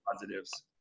positives